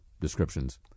descriptions